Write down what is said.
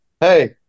hey